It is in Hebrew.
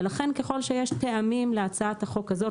ולכן ככל שיש טעמים לקדם את הצעת החוק הזאת,